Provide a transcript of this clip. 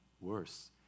Worse